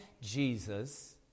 Jesus